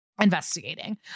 investigating